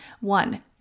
one